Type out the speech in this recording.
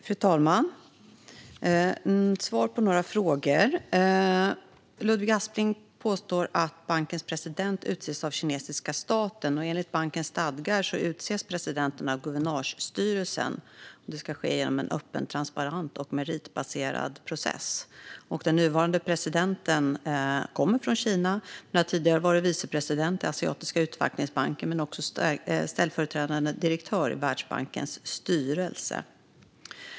Fru talman! Jag ska ge svar på några frågor. Ludvig Aspling påstår att bankens ordförande utses av den kinesiska staten. Enligt bankens stadgar utses ordföranden av guvenörsstyrelsen, och det ska ske genom en öppen, transparent och meritbaserad process. Den nuvarande ordföranden kommer från Kina. Han har tidigare varit vice ordförande i Asiatiska utvecklingsbanken men också ställföreträdande direktör i Världsbankens styrelse.